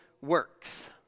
works